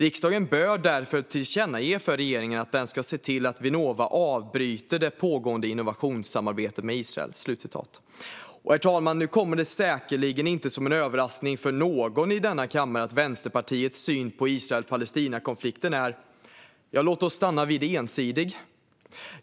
Riksdagen bör därför tillkännage för regeringen att den ska se till att Vinnova avbryter det pågående innovationssamarbetet med Israel." Herr talman! Det kommer säkerligen inte som en överraskning för någon i denna kammare att Vänsterpartiets syn på Israel-Palestina-konflikten är ensidig - låt oss stanna vid det.